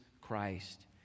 Christ